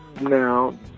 now